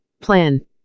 plan